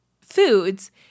foods